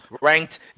Ranked